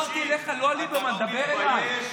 אל תדבר על ליברמן, דבר אליי.